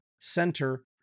center